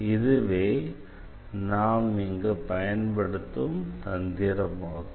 இதுவே நாம் இங்கு பயன்படுத்தும் தந்திரமாகும்